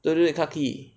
对对 clarke quay